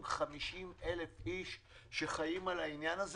250,000 איש שחיים על העניין הזה